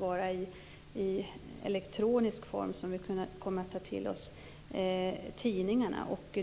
är i elektronisk form som vi kommer att få ta till oss tidningarna.